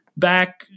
back